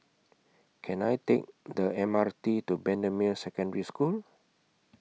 Can I Take The M R T to Bendemeer Secondary School